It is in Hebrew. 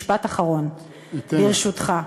משפט אחרון, ברשותך.